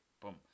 boom